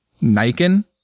Nikon